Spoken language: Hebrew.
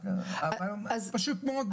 רק שמשפוט מאוד אין.